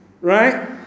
Right